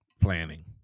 Planning